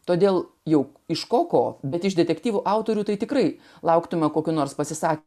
todėl jų iš ko bet iš detektyvų autorių tai tikrai lauktumėme kokių nors pasisakė